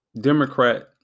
Democrat